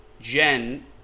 Jen